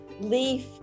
leaf